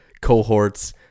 cohorts